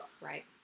Right